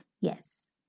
Yes